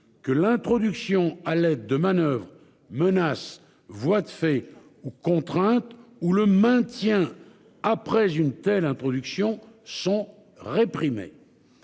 que l'introduction à l'aide de manoeuvres, menaces voies de fait ou contrainte ou le maintien après une telle introduction sont réprimées.